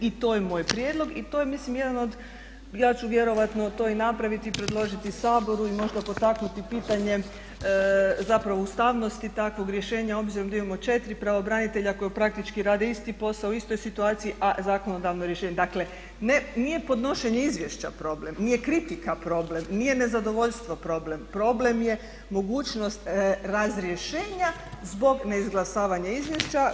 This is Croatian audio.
I to je moj prijedlog i to je mislim jedan od ja ću vjerojatno to i napraviti i predložiti Saboru i možda potaknuti pitanje zapravo ustavnosti takvog rješenja obzirom da imamo 4 pravobranitelja koji praktički rade isti posao u istoj situaciji a zakonodavno rješenje, dakle ne nije podnošenje izvješća problem, nije kritika problem, nije nezadovoljstvo problem, problem je mogućnost razrješenja zbog neizglasavanja izvješća.